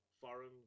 foreign